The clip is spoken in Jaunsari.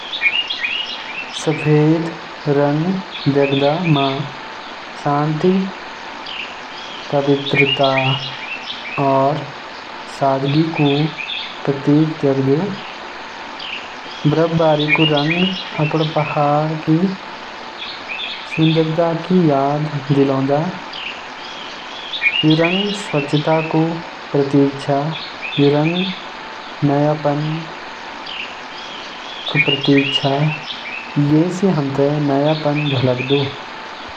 सफेद रंग देखदा म शांति, पवित्रता और सादगी क प्रतीक देखदा। बर्फबारी क रंग अपण पहाड़ क सुंदरता क याद दिलांदा। यु रंग स स्वच्छता और नयापन झलकदा।